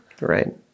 right